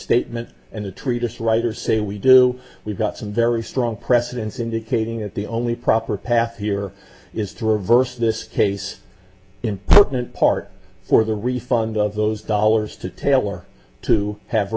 restatement and a treatise writers say we do we've got some very strong precedents indicating that the only proper path here is to reverse this case important part for the refund of those dollars to tailor to have